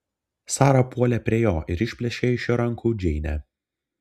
sara puolė prie jo ir išplėšė iš jo rankų džeinę